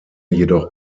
jedoch